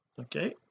Okay